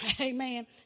Amen